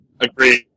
Agreed